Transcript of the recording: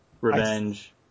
Revenge